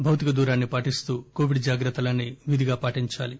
భౌతిక దూరాన్ని పాటిస్తూ కోవిడ్ జాగ్రత్తలన్సీ విధిగా పాటించాలి